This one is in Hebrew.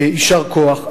יישר כוח.